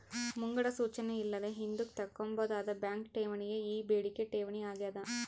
ಮುಂಗಡ ಸೂಚನೆ ಇಲ್ಲದೆ ಹಿಂದುಕ್ ತಕ್ಕಂಬೋದಾದ ಬ್ಯಾಂಕ್ ಠೇವಣಿಯೇ ಈ ಬೇಡಿಕೆ ಠೇವಣಿ ಆಗ್ಯಾದ